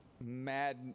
mad